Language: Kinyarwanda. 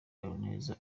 habineza